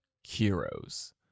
heroes